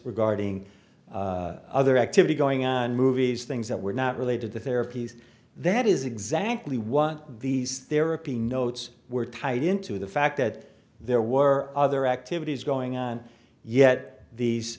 regarding other activity going on movies things that were not related to therapies that is exactly what these therapy notes were tied in to the fact that there were other activities going on yet these